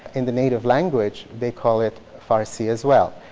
in the native language they call it farsi as well.